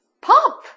Pop